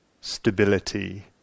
stability